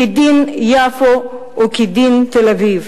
כי דין יפו הוא כדין תל-אביב.